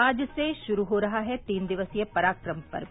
आज से गुरू हो रहा है तीन दिवसीय पराक्रम पर्व